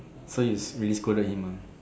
so you really scolded him ah